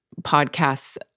podcasts